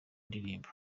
indirimbo